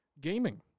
gaming